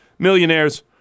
Millionaires